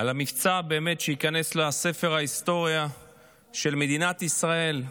על המבצע, שייכנס לספר ההיסטוריה של מדינת ישראל.